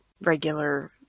regular